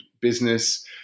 business